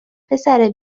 پسر